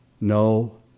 no